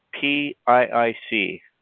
P-I-I-C